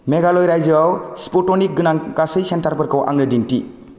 मेघालय रायजोआव स्पुटनिक गोनां गासै सेन्टारफोरखौ आंनो दिन्थि